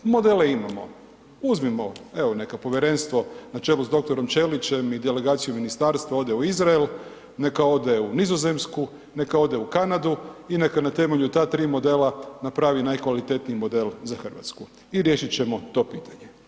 Modele imamo, uzmimo, evo neka povjerenstvo na čelu s dr. Ćelićem i delegacijom ministarstva ode u Izrael, neka ode u Nizozemsku, neka ode u Kanadu i neka na temelju ta tri modela napravi najkvalitetniji model za Hrvatsku i riješit ćemo to pitanje.